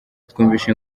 twumvise